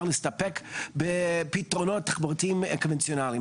להסתפק בפתרונות תחבורתיים קונבנציונאליים.